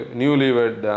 newlywed